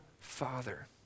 Father